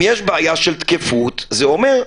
אם יש פה בעיה של תקפות, זה אומר,